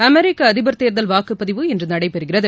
அமெரிக்க அதிபர் தேர்தல் வாக்குப்பதிவு இன்று நடைபெறுகிறது